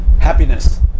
happiness